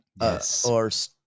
Yes